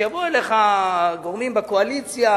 כשיבואו אליך גורמים בקואליציה,